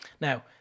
Now